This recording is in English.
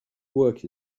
work